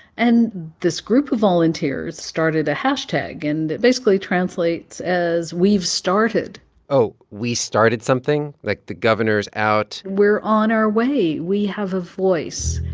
and this group of volunteers started a hashtag. and it basically translates as, we've started oh, we started something. like, the governor's out we're on our way. we have a voice.